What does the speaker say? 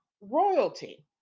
royalty